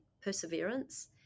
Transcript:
perseverance